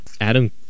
Adam